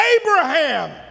Abraham